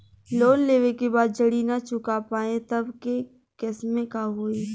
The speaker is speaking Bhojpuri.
लोन लेवे के बाद जड़ी ना चुका पाएं तब के केसमे का होई?